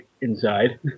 inside